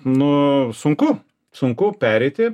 nu sunku sunku pereiti